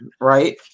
right